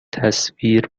تصویر